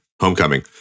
Homecoming